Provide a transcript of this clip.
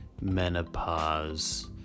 menopause